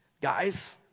Guys